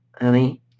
honey